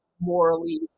morally